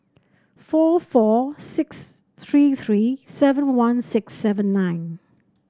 four four six three three seven one six seven nine